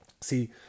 See